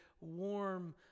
warm